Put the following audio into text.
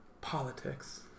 Politics